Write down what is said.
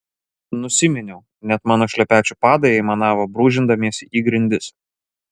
nusiminiau net mano šlepečių padai aimanavo brūžindamiesi į grindis